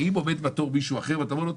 האם עומד בתור מישהו אחר ואתה אומר לו,